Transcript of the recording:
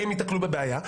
הם ייתקלו בבעיה,